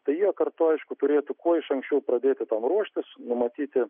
tai jie kartu aišku turėtų kuo iš anksčiau pradėti ruoštis numatyti